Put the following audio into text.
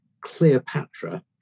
Cleopatra